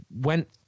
went